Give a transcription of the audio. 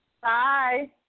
Bye